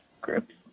groups